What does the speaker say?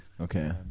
Okay